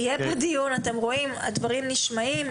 יהיו פה דיון והדברים נשמעים.